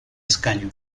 escaño